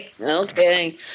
okay